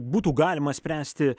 būtų galima spręsti